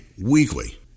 weekly